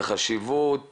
החשיבות